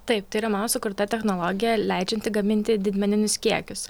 taip tai yra mano sukurta technologija leidžianti gaminti didmeninius kiekius